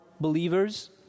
believers